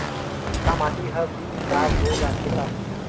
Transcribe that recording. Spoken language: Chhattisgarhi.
का माटी ह भी खराब हो जाथे का?